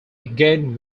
again